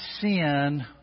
sin